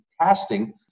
casting